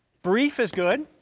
brief is good.